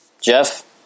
Jeff